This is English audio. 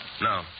No